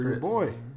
Boy